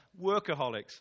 workaholics